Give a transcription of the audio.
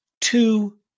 two